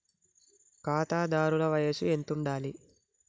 ఖాతాదారుల వయసు ఎంతుండాలి?